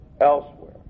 elsewhere